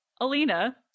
Alina